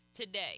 today